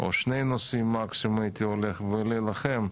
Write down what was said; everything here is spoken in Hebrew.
או שני נושאים מקסימום הייתי הולך, ולהילחם.